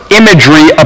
imagery